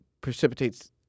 precipitates